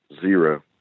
Zero